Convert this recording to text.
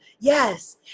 Yes